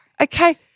Okay